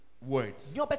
words